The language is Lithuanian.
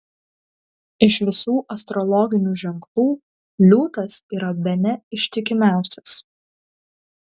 iš visų astrologinių ženklų liūtas yra bene ištikimiausias